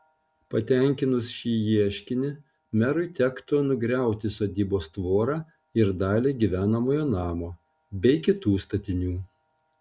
patenkinus šį ieškinį merui tektų nugriauti sodybos tvorą ir dalį gyvenamojo namo bei kitų statinių